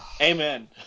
Amen